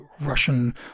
Russian